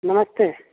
नमस्ते